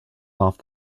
off